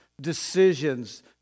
decisions